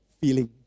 feeling